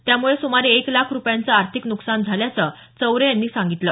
त्यामुळे सुमारे एक लाख रुपयांचे अर्थिक नुकसान झाल्याचं चवरे यांनी सांगितले